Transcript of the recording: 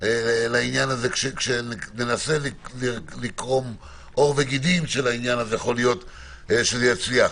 לעניין הזה כשננסה שיקרום עור וגידים ואז יכול להיות שזה יצליח.